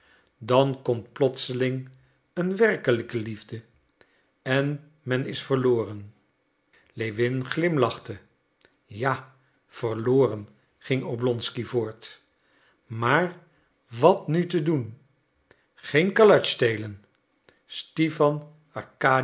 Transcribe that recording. dan komt plotseling een werkelijke liefde en men is verloren lewin glimlachte ja verloren ging oblonsky voort maar wat nu te doen geen kalatsch stelen stipan